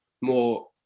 more